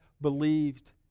believed